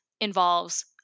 involves